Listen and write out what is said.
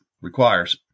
requires